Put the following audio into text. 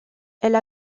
elle